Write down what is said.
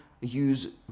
use